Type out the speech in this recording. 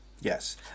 Yes